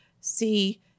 see